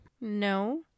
No